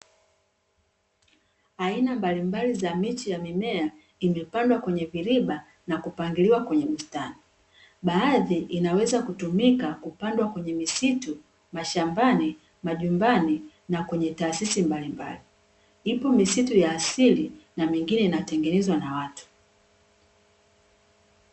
Aina mbalimbali za miche ya mimea, imepandwa kwenye viriba na kupangiliwa kwenye msitari, baadhi inaweza kutumika kupandwa kwenye misitu, mashambani, majumbani na kwenye taasisi mbalimbali. Ipo misitu ya asili na mingine inatengenezwa na watu.